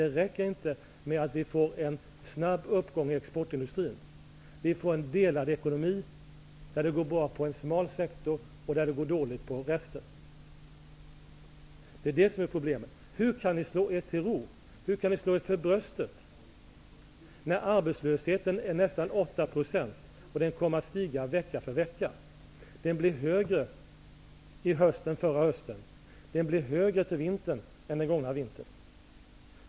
Det räcker inte med att vi får en snabb uppgång i exportindustrin. Vi får en delad ekonomi där det går bra för en smal sektor och dåligt för resten. Det är problemet. Hur kan ni slå er till ro? Hur kan ni slå er för bröstet? Arbetslösheten är nästan 8 %, och den kommer att stiga vecka för vecka. Den blir högre i höst än förra hösten. Den blir högre till vintern än den gångna vintern.